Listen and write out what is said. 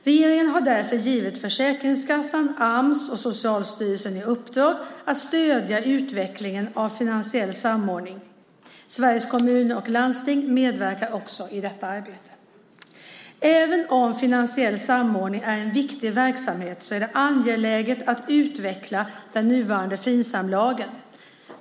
Regeringen har därför givit Försäkringskassan, Ams och Socialstyrelsen i uppdrag att stödja utvecklingen av finansiell samordning. Sveriges Kommuner och Landsting medverkar också i detta arbete. Även om finansiell samordning är en viktig verksamhet är det angeläget att utveckla den nuvarande Finsamlagen.